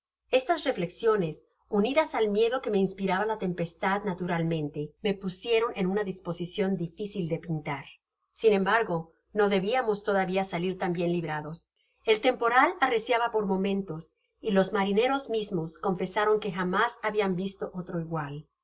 estas reflexiones unidas al miedo que me inspiraba la tempestad naturalmente me pusieron en una disposicion difícil de pintar sin embargo no debiamos todavia salir tan bien librados el temporal arreciaba por momentos y los marineros mismos confesaron que jamás habian visto otro igual